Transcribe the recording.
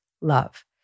love